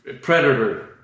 predator